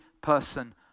person